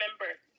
remember